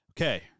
Okay